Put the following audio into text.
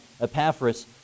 epaphras